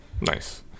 nice